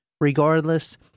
Regardless